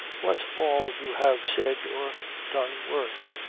what's all you have said or done worth?